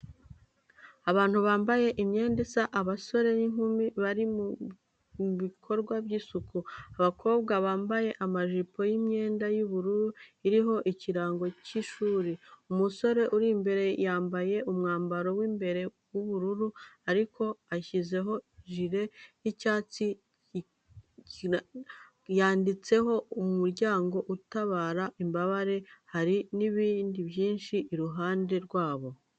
Abantu bambaye imyenda isa, abasore n’inkumi, bari mu bikorwa by’ishuri. Abakobwa bambaye amajipo n’imyenda y'ubururu iriho ikirango cy’ishuri. Umusore uri imbere yambaye umwambaro w’imbere w’ubururu ariko ashyizeho jire y’icyatsi n’ikarita yanditseho umuryango utabara imbabare, hari n'ibti byinshi iruhande rwabo.